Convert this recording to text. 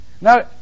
Now